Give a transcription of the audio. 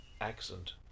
accent